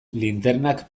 linternak